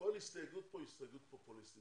שכל הסתייגות כאן היא הסתייגות פופוליסטית.